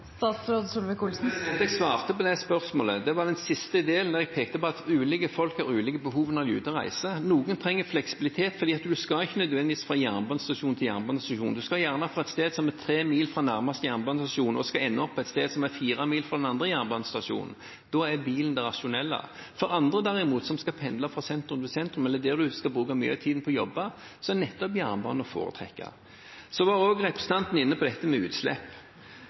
Jeg svarte på det spørsmålet. I den siste delen pekte jeg på at ulike folk har ulike behov når de er ute og reiser. Noen trenger fleksibilitet fordi de ikke nødvendigvis skal fra jernbanestasjon til jernbanestasjon. De skal kanskje fra et sted som er tre mil fra nærmeste jernbanestasjon og ende opp et sted som er fire mil fra den andre jernbanestasjonen. Da er bil det rasjonelle. For andre derimot, som skal pendle fra sentrum til sentrum, eller som skal bruke mye av tiden på å jobbe, er nettopp jernbanen å foretrekke. Representanten var også inne på dette med utslipp.